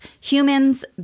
humans